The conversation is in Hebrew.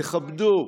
תכבדו.